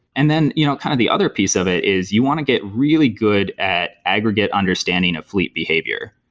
and then you know kind of the other piece of it is you want to get really good at aggregate understanding a fleet behavior.